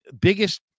biggest